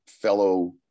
fellow